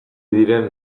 diren